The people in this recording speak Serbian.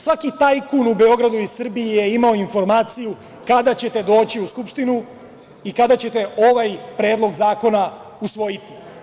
Svaki tajkun u Beogradu i Srbiji je imao informaciju kada ćete doći u Skupštinu i kada ćete ovaj predlog zakona usvojiti.